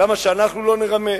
למה אנחנו לא נרמה?